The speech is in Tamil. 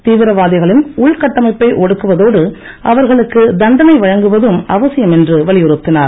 தீவிரவாதிகளின் உள்கட்டமைப்பயை ஒடுக்குவதோடு மற்றும் அவர்களுக்கு தண்டனை வழங்குவது மிகவும் அவசியம் என்றும் வலியுறுத்தினார்